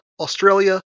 Australia